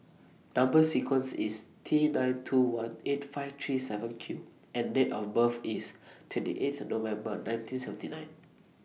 Number sequence IS T nine two one eight five three seven Q and Date of birth IS twenty eight November nineteen seventy nine